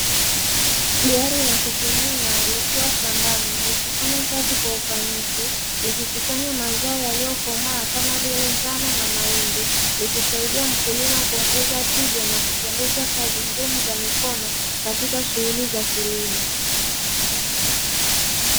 Gari la kuvunia likiwa shambani likifanya kazi kwa ufanisi ilikusanya mazao yaliyokomaa kama vile ngano na mahindi, likisaidia mkulima kuongeza tija na kupunguza kazi ngumu za mikono katika shughuli za kilimo.